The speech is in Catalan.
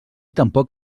tampoc